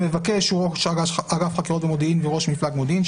המבקש הוא ראש אגף חקירות ומודיעין וראש מפלג מודיעין,